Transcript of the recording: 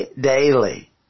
daily